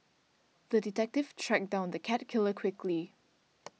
the detective tracked down the cat killer quickly